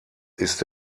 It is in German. ist